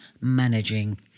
managing